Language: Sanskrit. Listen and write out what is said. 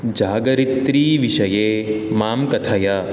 जागरित्रीविषये मां कथय